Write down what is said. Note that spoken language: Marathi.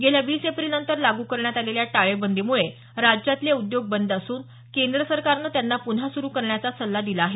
गेल्या वीस एप्रिलनंतर लागू करण्यात आलेल्या टाळेबंदीमुळे राज्यातले उद्योग बंद असून केंद्र सरकारनं त्यांना पुन्हा सुरू करण्याचा सल्ला दिला आहे